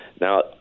Now